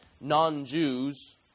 non-jews